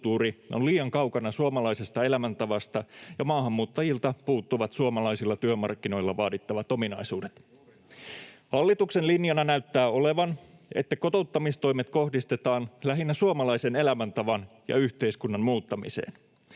on liian kaukana suomalaisesta elämäntavasta, ja maahanmuuttajilta puuttuvat suomalaisilla työmarkkinoilla vaadittavat ominaisuudet. [Sebastian Tynkkynen: Juuri näin!] Hallituksen linjana näyttää olevan, että kotouttamistoimet kohdistetaan lähinnä suomalaisen elämäntavan ja yhteiskunnan muuttamiseen.